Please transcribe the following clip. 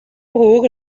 حقوق